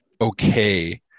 okay